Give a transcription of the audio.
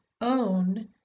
own